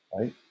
right